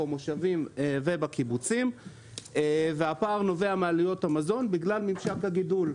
במושבים ובקיבוצים והפער נובע מעלויות המזון בגלל ממשק הגידול.